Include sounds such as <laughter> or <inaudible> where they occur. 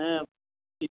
হ্যাঁ <unintelligible>